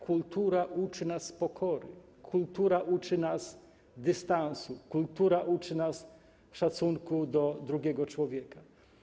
Kultura uczy nas pokory, kultura uczy nas dystansu, kultura uczy nas szacunku do drugiego człowieka.